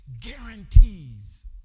guarantees